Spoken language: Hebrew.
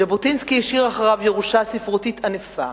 ז'בוטינסקי השאיר אחריו ירושה ספרותית ענפה.